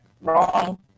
wrong